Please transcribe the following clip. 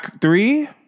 Three